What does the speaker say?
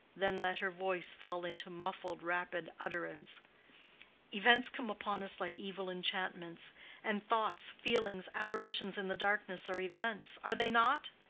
then let her voice fall into muffled, rapid utterance events come upon us like evil enchantments and thoughts, feelings, apparitions in the darkness are events are they not?